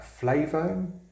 flavone